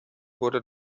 wurde